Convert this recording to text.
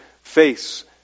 face